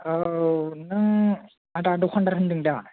औ नों आदा दखान्दार होनदों दा